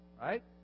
right